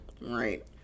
Right